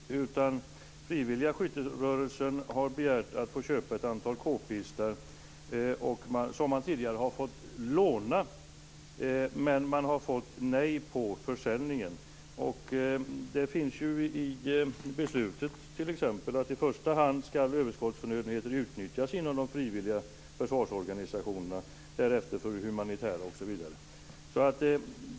Fru talman! Någon missuppfattning är det nog inte. Frivilliga Skytterörelsen har begärt att få köpa ett antal k-pistar, som man tidigare har fått låna, men man har fått nej till att köpa dem. Det står i beslutet t.ex. att i första hand ska överskottsförnödenheter utnyttjas inom de frivilliga försvarsorganisationerna, därefter för humanitära organisationer osv.